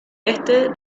este